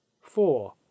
four